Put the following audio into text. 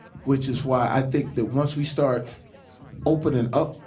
which is why i think that once we start opening up